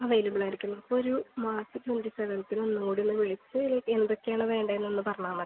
available ആയിരിക്കും അപ്പോൾ ഒരു മാർച്ച് ട്വൻറ്റി സെവൻത്തിന് ഒന്നും കൂടി ഒന്ന് വിളിച്ച് എന്തൊക്കെയാണ് വേണ്ടത് എന്ന് പറഞ്ഞാൽ മതി